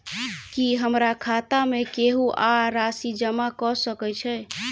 की हमरा खाता मे केहू आ राशि जमा कऽ सकय छई?